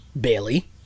Bailey